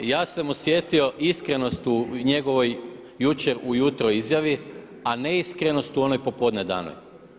Ja sam osjetio iskrenost u njegovoj jučer ujutro izjavi, a neiskrenost u onoj popodne danoj.